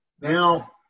Now